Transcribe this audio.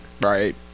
Right